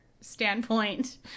standpoint